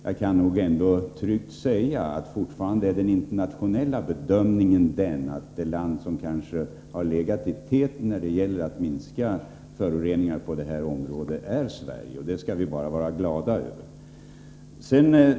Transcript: Jag kan nog ändå tryggt säga att den internationella bedömningen fortfarande är den att det land som kanske har legat i täten när det gäller att minska 13 föroreningarna på det här området är Sverige — och det skall vi bara vara glada över.